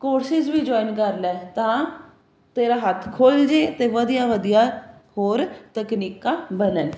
ਕੋਸ਼ਿਸ਼ ਵੀ ਜੁਆਇਨ ਕਰ ਲੈ ਤਾਂ ਤੇਰਾ ਹੱਥ ਖੁੱਲ ਜੇ ਤੇ ਵਧੀਆ ਵਧੀਆ ਹੋਰ ਤਕਨੀਕਾਂ ਬਣਨ